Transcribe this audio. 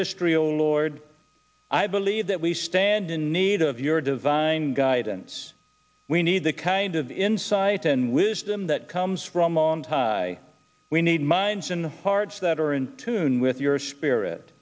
history a lord i believe that we stand in need of your design guidance we need the kind of insight and wisdom that comes from on high we need minds and hearts that are in tune with your spirit